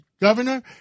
Governor